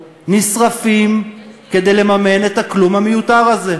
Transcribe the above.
נשרפים כדי לממן את הכלום המיותר הזה.